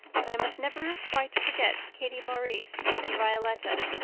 but i must never quite forget katie maurice and violetta.